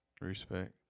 respect